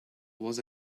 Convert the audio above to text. was